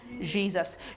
Jesus